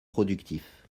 productif